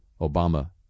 Obama